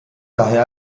daher